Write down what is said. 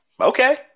Okay